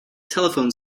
telephone